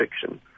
fiction